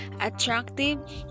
attractive